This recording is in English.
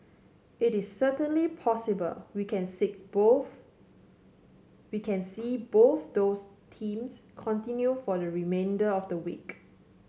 it is certainly possible we can sit both we can see both those themes continue for the remainder of the week